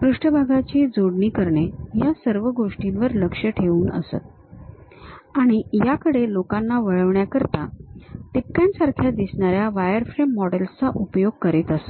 पृष्ठभागाची जोडणी करणे या सर्व गोष्टींवर लक्ष ठेवून असत आणि याकडे लोकांना वळवण्याकरिता टिपक्यांसारख्या दिसणाऱ्या वायरफ्रेम मॉडेल्स चा उपयोग करीत असत